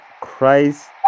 christ